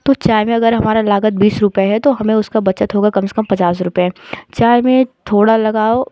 तो चाय में अगर हमारा लागत बीस रुपये है तो हमें उसका बचत होगा कम से कम पचास रुपये चाय में थोड़ा लगाव